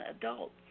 adults